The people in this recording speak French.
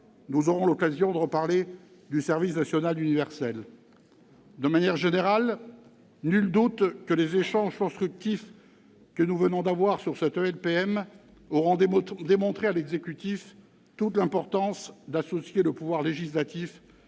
Nous aurons l'occasion de reparler du service national universel. De manière générale, nul doute que les échanges constructifs que nous venons d'avoir sur cette LPM auront démontré à l'exécutif toute l'importance d'associer le pouvoir législatif